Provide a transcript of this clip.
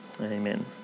Amen